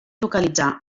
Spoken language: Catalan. localitzar